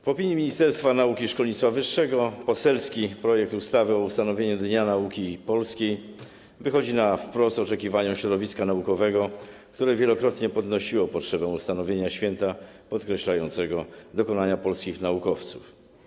W opinii Ministerstwa Nauki i Szkolnictwa Wyższego poselski projekt ustawy o ustanowieniu Dnia Nauki Polskiej wychodzi naprzeciw oczekiwaniom środowiska naukowego, które wielokrotnie podnosiło potrzebę ustanowienia święta podkreślającego dokonania polskich naukowców.